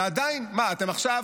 ועדיין, אתם עכשיו,